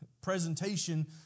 presentation